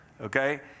Okay